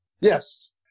Yes